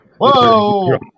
Whoa